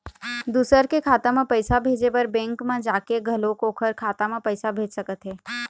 दूसर के खाता म पइसा भेजे बर बेंक म जाके घलोक ओखर खाता म पइसा भेज सकत हे